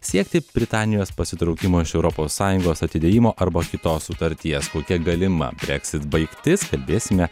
siekti britanijos pasitraukimo iš europos sąjungos atidėjimo arba kitos sutarties kokia galima brexit baigtis kalbėsime